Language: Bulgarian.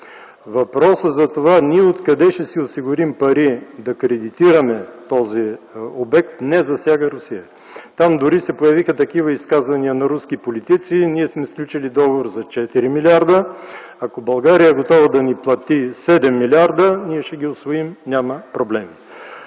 Въпросът за това ние откъде ще си осигурим пари да кредитираме този обект не засяга Русия. Там дори се появиха такива изказвания на руски политици – ние сме сключили договор за 4 милиарда; ако България е готова да ни плати 7 милиарда, ще ги усвоим – няма проблеми.